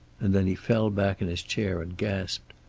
and then he fell back in his chair, and gasped,